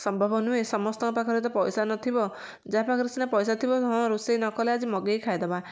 ସମ୍ଭବ ନୁହେଁ ସମସ୍ତଙ୍କ ପାଖରେ ତ ପଇସା ନଥିବ ଯାହା ପାଖରେ ସିନା ପଇସା ଥିବ ହଁ ରୋଷେଇ ନ କଲେ ଆଜି ମଗେଇକି ଖାଇ ଦବା